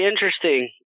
interesting